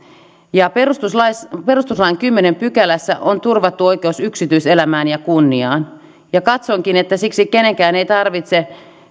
perustuslain kymmenennessä pykälässä on turvattu oikeus yksityiselämään ja kunniaan ja katsonkin että siksi kenenkään ei tarvitse